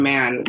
Man